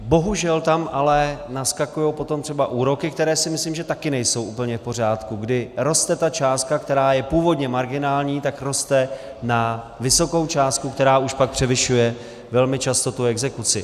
Bohužel tam ale naskakují potom úroky, které, myslím, taky nejsou úplně v pořádku, kdy ta částka, která je původně marginální, roste na vysokou částku, která už pak převyšuje velmi často tu exekuci.